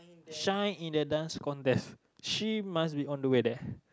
shine in a Dance Contest she must be on the way there